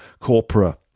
corpora